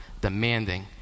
demanding